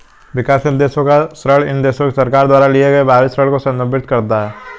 विकासशील देशों का ऋण इन देशों की सरकार द्वारा लिए गए बाहरी ऋण को संदर्भित करता है